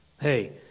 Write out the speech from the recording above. Hey